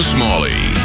Smalley